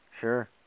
Sure